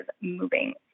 moving